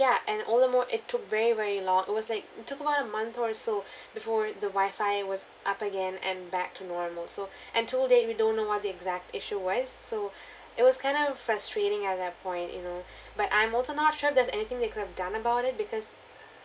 ya and all the more it took very very long it was like it took about a month or so before the wi-fi was up again and back to normal so until date we don't know what the exact issue was so it was kind of frustrating at that point you know but I'm also not sure if there's anything they could have done about it because